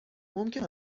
ممکن